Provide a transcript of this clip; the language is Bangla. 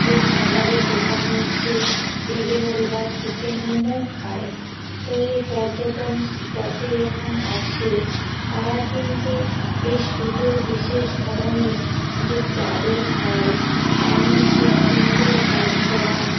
এ খাবারের দোকানে এসে এগরোল বা চিকেন মোমোও খায় তো এই পর্যটন স্পটে যখন আসে তারা কিন্তু এই সুতোর বিশেষ ধরনের যে চাদর হয় তার মধ্যে সুন্দর কাজ করা